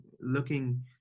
looking